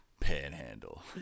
panhandle